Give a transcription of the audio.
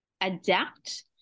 adapt